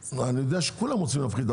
כולם רוצים להפחית,